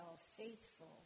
faithful